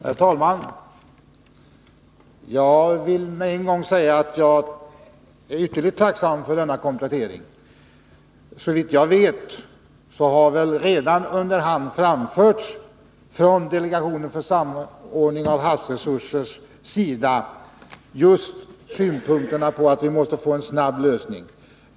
Herr talman! Jag vill med en gång säga att jag är ytterligt tacksam för denna komplettering. Såvitt jag vet har man redan under hand från delegationen för samordning av havsresurser framfört just synpunkterna att vi måste få en snabb lösning på problemen.